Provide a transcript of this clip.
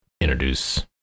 introduce